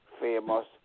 famous